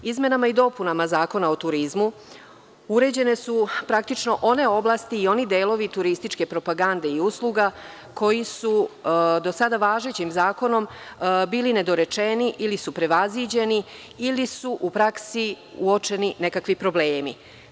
Izmenama i dopunama Zakona o turizmu uređene su praktično one oblasti i ovi delovi turističke propagande i usluga koji su do sada važećim zakonom bili nedorečeni ili su prevaziđeni ili su u praksi uočeni nekakvi problemi.